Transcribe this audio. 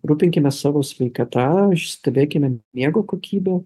rūpinkimės savo sveikata stebėkime miego kokybę